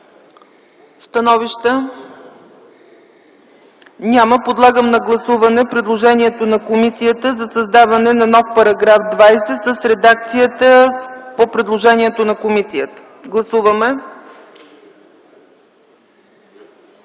становища? Няма. Подлагам на гласуване предложението на комисията за създаване на нов § 20 с редакцията по предложението на комисията. Гласували